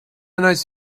nice